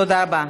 תודה רבה.